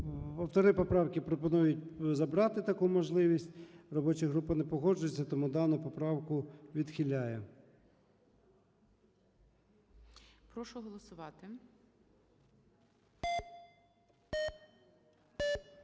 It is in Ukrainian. Автори поправки пропонують забрати таку можливість. Робоча група не погоджується, тому дану поправку відхиляє. ГОЛОВУЮЧИЙ. Прошу голосувати.